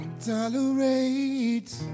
tolerate